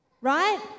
right